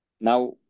Now